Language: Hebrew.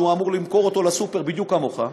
שאמור למכור אותו לסופר בדיוק כמוך,